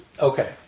Okay